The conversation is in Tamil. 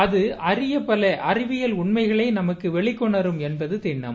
அது அரிய பல அறிவியல் உண்மைகளை நமக்கு வெளிக்கொணரும் என்பது திண்ணம்